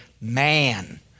man